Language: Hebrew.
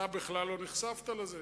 אתה בכלל לא נחשפת לזה,